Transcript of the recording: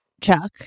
chuck